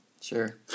Sure